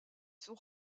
sont